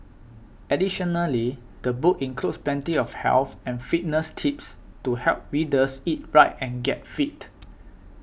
additionally the book includes plenty of health and fitness tips to help readers eat right and get fit